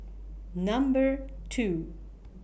Number two